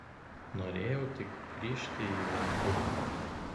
norėjau tik grįžti į vindhuką